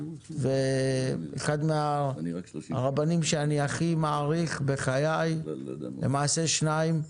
אחד מהרבנים שאני הכי מעריך בחיי, למעשה שניים,